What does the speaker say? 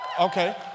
Okay